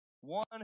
one